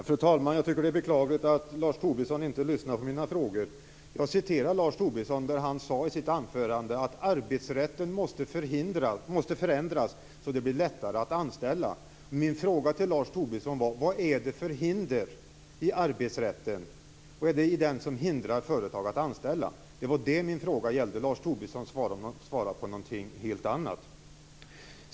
Fru talman! Det är beklagligt att Lars Tobisson inte lyssnar på mina frågor. Lars Tobisson sade i sitt anförande att arbetsrätten måste förändras så att det blir lättare att anställa. Min fråga till Lars Tobisson var följande: Vad är det i arbetsrätten som hindrar företag att anställa? Lars Tobisson svarade på något helt annat.